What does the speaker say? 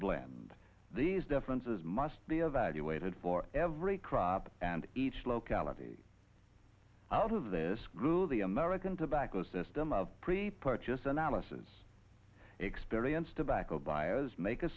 blend these differences must be evaluated for every crop and each locality out of this group the american tobacco system of pre purchase analysis experience to